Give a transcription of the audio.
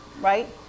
right